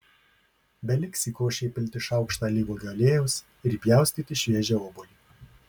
beliks į košę įpilti šaukštą alyvuogių aliejaus ir įpjaustyti šviežią obuolį